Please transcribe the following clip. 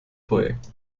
projekt